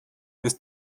ist